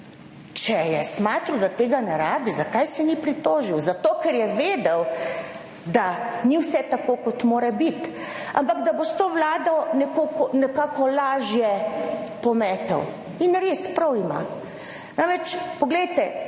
Če je smatral, da tega ne rabi, zakaj se ni pritožil. Zato ker je vedel, da ni vse tako kot mora biti, ampak da bo s to vlado nekako lažje pometel, in res, prav ima. Namreč poglejte,